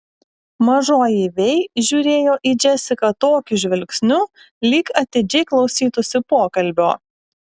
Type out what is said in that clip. mažoji vei žiūrėjo į džesiką tokiu žvilgsniu lyg atidžiai klausytųsi pokalbio